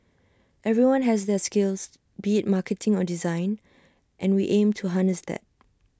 everyone has their skills be IT marketing on design and we aim to harness that